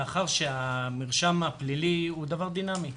מאחר שהמרשם הפלילי הוא דבר דינמי,